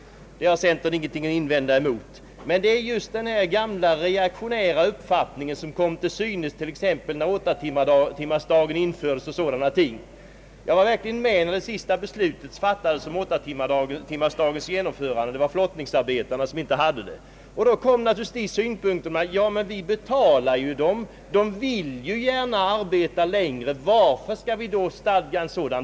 Det har centern ingenting att invända emot. Men det är just den där gamla reaktionära synpunkten som kom till synes redan när åttatimmarsdagen infördes och som senare skymtat vid liknande tillfällen som vi reagerar emot. Jag var verkligen med vid det senaste beslutet om att genomföra åtta timmars arbetsdag. Det var flottningsarbetarna som inte hade det. Då anfördes synpunkten att de ju får betalt och gärna vill ha en längre arbetstid. Varför skall vi då lagstifta om åtta timmars arbetsdag?